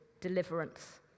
deliverance